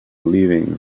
leaving